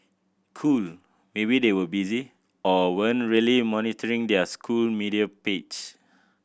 cool maybe they were busy or weren't really monitoring their school media page